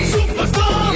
Superstar